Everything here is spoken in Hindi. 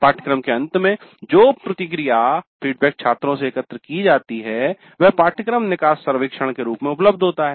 पाठ्यक्रम के अंत में जो प्रतिक्रिया छात्रों से एकत्र की जाती है वह पाठ्यक्रम निकास सर्वेक्षण के रूप में उपलब्ध होता है